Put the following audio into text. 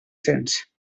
cents